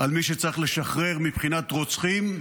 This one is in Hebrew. על מי שצריך לשחרר, מבחינת רוצחים,